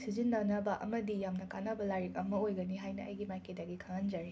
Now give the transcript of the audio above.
ꯁꯤꯖꯤꯟꯅꯅꯕ ꯑꯃꯗꯤ ꯌꯥꯝꯅ ꯀꯥꯟꯅꯕ ꯂꯥꯏꯔꯤꯛ ꯑꯃ ꯑꯣꯏꯒꯅꯤ ꯍꯥꯏꯅ ꯑꯩꯒꯤ ꯃꯥꯏꯀꯩꯗꯒꯤ ꯈꯪꯍꯟꯖꯔꯤ